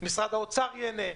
משרד האוצר ייהנה.